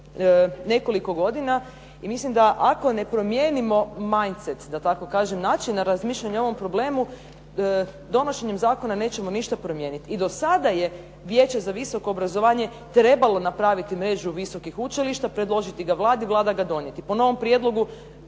nekoliko godina i mislim da ako ne promijenimo …/Govornica se ne razumije./… da tako kažem načine razmišljanja o ovom problemu donošenjem zakona nećemo ništa promijeniti. I do sada je Vijeće za visoko obrazovanje trebalo napraviti mrežu visokih učilišta, predložiti ga Vladi, Vlada ga donijeti. Po novom prijedlogu